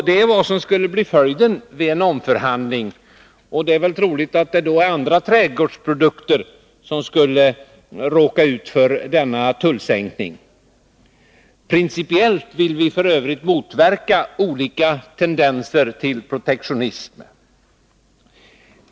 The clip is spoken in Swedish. Det är vad som skulle bli följden vid en omfördelning, och det är väl troligt att andra trädgårdsprodukter då skulle omfattas av denna tullsänkning. Principiellt vill vi f. ö. motverka olika tendenser till protektionism.